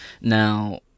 Now